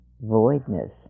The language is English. voidness